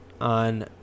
on